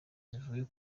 zivuye